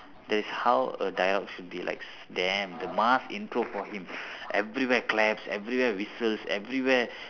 that's a how a dialogue should be like damn the mass intro for him everywhere claps everywhere whistles everywhere